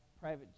private